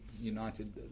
United